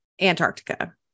Antarctica